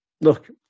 Look